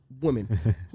women